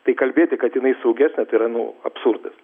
tai kalbėti kad jinai saugesnė tai yra nu absurdas